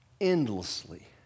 endlessly